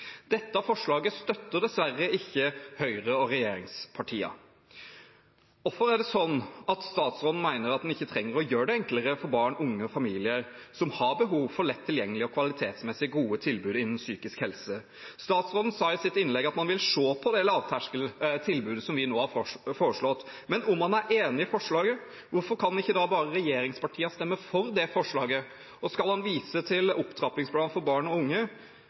Dette forslaget støtter dessverre ikke Høyre og de andre regjeringspartiene. Hvorfor er det sånn at statsråden mener at en ikke trenger å gjøre det enklere for barn, unge og familier som har behov for lett tilgjengelige og kvalitetsmessig gode tilbud innen psykisk helse? Statsråden sa i sitt innlegg at man vil se på det lavterskeltilbudet som vi nå har foreslått. Men om han er enig i forslaget, hvorfor kan ikke da regjeringspartiene bare stemme for det forslaget? Og hvis han viser til opptrappingsplanen for barn og unge